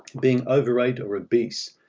being overweight or obese.